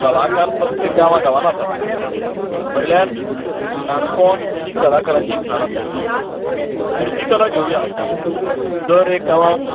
कलाकार प्रत्येक गांवा गांवान आसात म्हळ्यार काणकोण ही कलाकारांची खाण आसा मूर्ती कला घेवया दर एक गांवांत